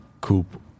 Coop